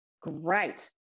great